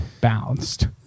bounced